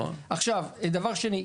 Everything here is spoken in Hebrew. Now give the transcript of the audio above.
דבר שני,